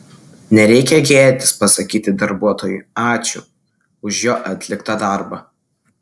nereikia gėdytis pasakyti darbuotojui ačiū už jo atliktą darbą